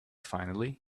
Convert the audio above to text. finally